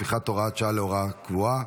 הפיכת הוראת שעה להוראה קבועה),